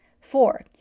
Four